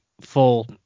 full